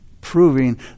proving